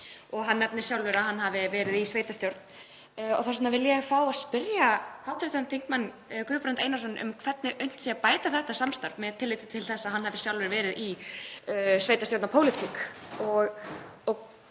og hann nefnir sjálfur að hann hafi verið í sveitarstjórn. Þess vegna vil ég fá að spyrja hv. þm. Guðbrand Einarsson um hvernig unnt sé að bæta þetta samstarf með tilliti til þess að hann hefur sjálfur verið í sveitarstjórnarpólitík og